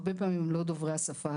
הרבה פעמים הם לא דוברי השפה הזאת.